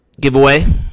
giveaway